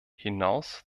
hinaus